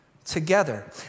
Together